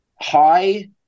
high